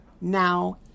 now